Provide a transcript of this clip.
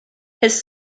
his